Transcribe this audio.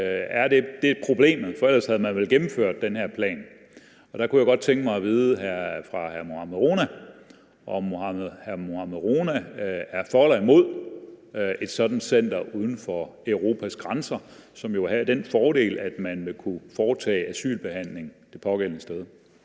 må være problemet, for ellers havde man vel gennemført den her plan. Der kunne jeg godt tænke mig at spørge hr. Mohammad Rona, om hr. Mohammad Rona er for eller imod et sådant center uden for Europas grænser, som jo ville have den fordel, at man kunne foretage asylbehandling det pågældende sted.